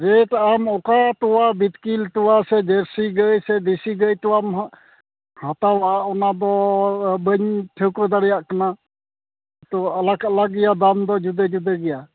rate ᱟᱢ ᱚᱠᱟ ᱛᱳᱣᱟ ᱵᱤᱛᱠᱤᱞ ᱛᱳᱣᱟ ᱥᱮ ᱫᱮᱥᱤ ᱡᱟᱹᱨᱥᱤ ᱜᱟᱹᱭ ᱥᱮ ᱫᱮᱥᱤ ᱜᱟᱹᱭ ᱛᱳᱣᱟᱢ ᱦᱟᱛᱟᱣᱟ ᱚᱱᱟ ᱫᱚ ᱵᱟᱹᱧ ᱴᱷᱟᱹᱣᱠᱟᱹ ᱫᱟᱲᱮᱭᱟᱜ ᱠᱟᱱᱟ ᱛᱚ ᱟᱞᱟᱠ ᱟᱞᱟᱠ ᱜᱮᱭᱟ ᱫᱟᱢ ᱫᱚ ᱡᱩᱫᱟᱹ ᱡᱩᱫᱟᱹ ᱜᱮᱭᱟ